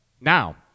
Now